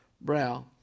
brow